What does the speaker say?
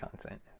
content